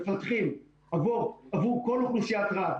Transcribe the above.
מפתחים עבור כל אוכלוסיית רהט,